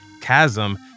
chasm